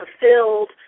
fulfilled